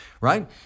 right